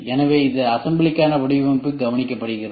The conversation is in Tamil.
எனவே இதில் அசம்பிளிக்கான வடிவமைப்பு கவனிக்கப்படுகிறது